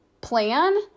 plan